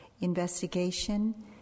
investigation